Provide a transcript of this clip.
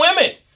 women